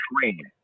train